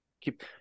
Keep